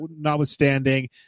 notwithstanding